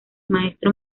maestro